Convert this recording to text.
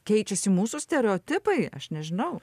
keičiasi mūsų stereotipai aš nežinau